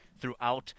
throughout